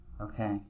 Okay